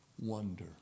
Wonder